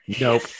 Nope